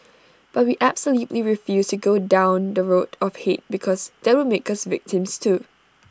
but we absolutely refused to go down the road of hate because that would make us victims too